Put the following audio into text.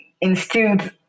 instilled